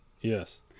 Yes